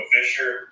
Fisher